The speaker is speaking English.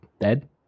dead